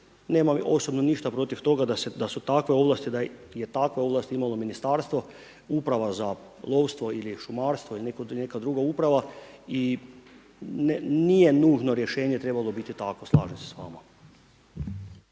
nemam osobno ništa protiv toga da su takve ovlasti, da je takve ovlasti imalo ministarstvo, uprava za lovstvo ili šumarstvo ili neka druga uprava i nije nužno rješenje trebalo biti takvo, slažem se s vama.